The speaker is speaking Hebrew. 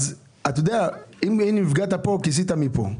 אם נפגעת פה, כיסית מכאן.